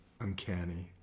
uncanny